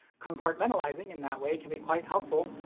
compartmentalizing in that way can be quite helpful,